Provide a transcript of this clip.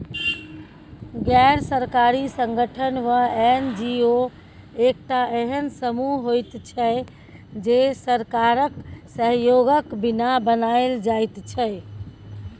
गैर सरकारी संगठन वा एन.जी.ओ एकटा एहेन समूह होइत छै जे सरकारक सहयोगक बिना बनायल जाइत छै